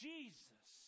Jesus